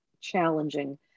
challenging